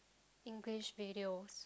English videos